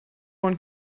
one